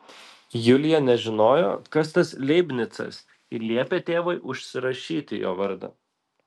julija nežinojo kas tas leibnicas ir liepė tėvui užsirašyti jo vardą